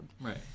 right